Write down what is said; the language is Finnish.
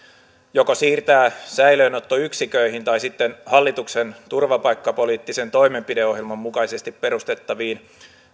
siirtää joko säilöönottoyksiköihin tai sitten hallituksen turvapaikkapoliittisen toimenpideohjelman mukaisesti perustettaviin